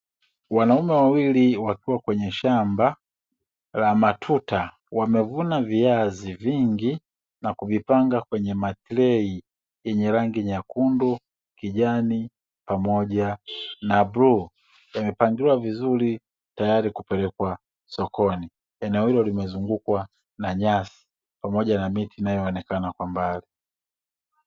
Wanaume wawili wakia kweye shamba la matuta wamevuna viazi vingi na kuvipanga kwenye matrei yenye rangi nyekundu, kijani pamoja na bluu, vimepangiliwa vizuri tayari kwa kupelekwa sokoni. Eneo hilo limezungukwa na nyasi pamoja na miti inayo onekana kwa mbali.